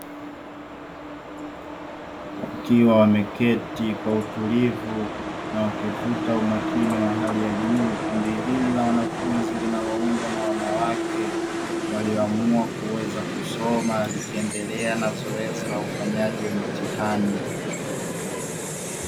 Wakiwa wameketi kwa utulivu na wakivuta umakini wa hali ya juu, kundi hili la wanafunzi linaloundwa na wanawake walioamua kuweza kusoma likiendelea na zoezi la ufanyaji wa mitihani.